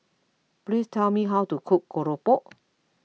please tell me how to cook Keropok